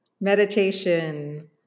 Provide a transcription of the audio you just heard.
meditation